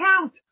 Count